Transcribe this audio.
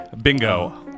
Bingo